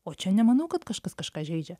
o čia nemanau kad kažkas kažką žeidžia